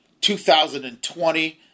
2020